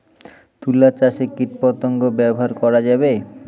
তুলা চাষে কীটপতঙ্গ ব্যবহার করা যাবে?